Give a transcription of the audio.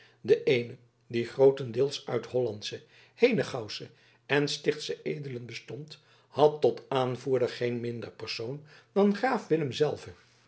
de eene die grootendeels uit hollandsche henegouwsche en stichtsche edelen bestond had tot aanvoerder geen minder persoon dan graaf willem zelven